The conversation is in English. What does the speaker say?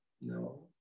No